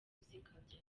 kuzikabya